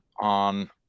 on